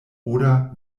oder